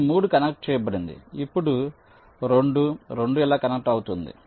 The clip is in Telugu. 3 కనెక్ట్ చేయబడింది ఇప్పుడు 2 2 ఇలా కనెక్ట్ అవుతుంది